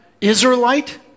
Israelite